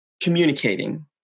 communicating